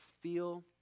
feel